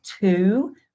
two